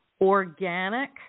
organic